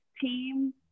team